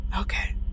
Okay